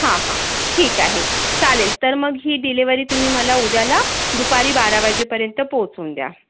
हां हां ठीक आहे चालेल तर मग ही डिलेवरी तुम्ही मला उद्याला दुपारी बारा वाजेपर्यंत पोहचवून द्या